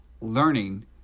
learning